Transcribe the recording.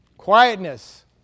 Quietness